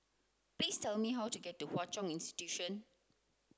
please tell me how to get to Hwa Chong Institution